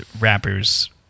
rappers